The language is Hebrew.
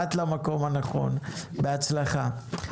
באת למקום הנכון, בהצלחה.